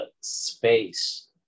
space